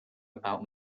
about